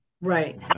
Right